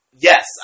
Yes